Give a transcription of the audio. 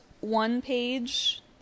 one-page